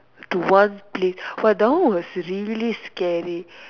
to one place but that one was really scary